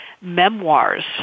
memoirs